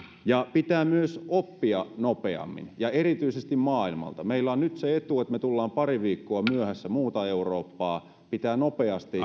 pitää myös oppia nopeammin ja erityisesti maailmalta meillä on nyt se etu että me tulemme pari viikkoa myöhässä muuta eurooppaa pitää nopeasti